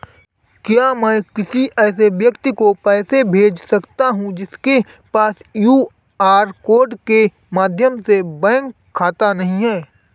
क्या मैं किसी ऐसे व्यक्ति को पैसे भेज सकता हूँ जिसके पास क्यू.आर कोड के माध्यम से बैंक खाता नहीं है?